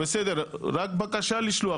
רק בקשה לשלוח,